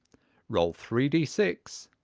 roll three d six,